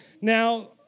Now